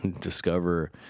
Discover